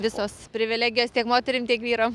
visos privilegijos tiek moterim tiek vyram